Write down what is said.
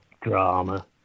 drama